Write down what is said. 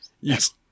Yes